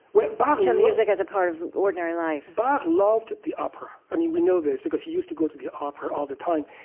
what bach looked, to music as a part of ordinary life bach loved the opera. i mean, we know this, because he used to go to the opera all the time.